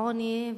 העוני,